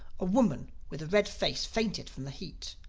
a woman with a red face fainted from the heat.